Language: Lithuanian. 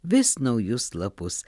vis naujus lapus